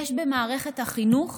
יש במערכת החינוך